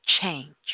change